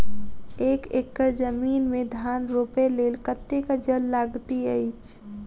एक एकड़ जमीन मे धान रोपय लेल कतेक जल लागति अछि?